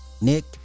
Nick